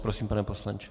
Prosím, pane poslanče.